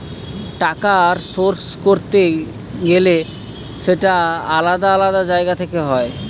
টাকার সোর্স করতে গেলে সেটা আলাদা আলাদা জায়গা থেকে হয়